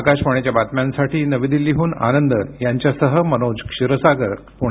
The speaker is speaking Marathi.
आकाशवाणीच्या बातम्यांसाठी नवी दिल्लीहून आनंद यांच्यासह मनोज क्षीरसागर पुणे